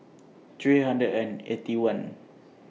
three hundred and Eighty One